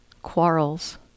Quarrels